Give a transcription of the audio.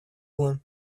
loin